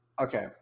Okay